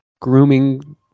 grooming